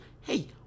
hey